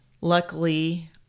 Luckily